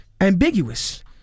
ambiguous